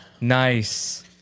nice